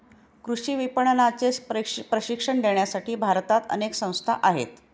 कृषी विपणनाचे प्रशिक्षण देण्यासाठी भारतात अनेक संस्था आहेत